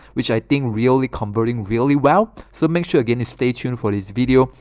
which i think really converting really well so make sure again is stay tuned for this video.